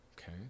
okay